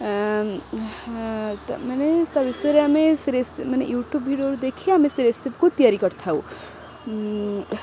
ମାନେ ତା ବିଷୟରେ ଆମେ ସେ ମାନେ ୟୁଟ୍ୟୁବ୍ ଭିଡ଼ିଓରେ ଦେଖି ଆମେ ସେ ରେସିପିକୁ ତିଆରି କରିଥାଉ